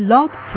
Love